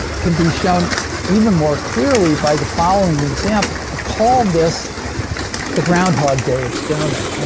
can be shown even more clearly by the following example. i call this the groundhog day experiment. ah